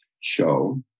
show